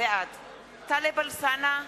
בעד טלב אלסאנע,